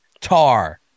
Tar